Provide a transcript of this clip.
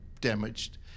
damaged